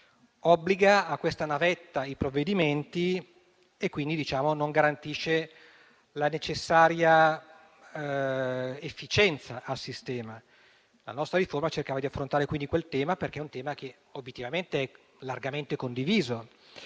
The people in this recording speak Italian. obbliga a questa navetta i provvedimenti e non garantisce la necessaria efficienza a sistema. La nostra riforma cercava di affrontare quindi quel tema, perché obiettivamente è largamente condiviso,